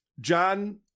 John